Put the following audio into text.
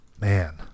man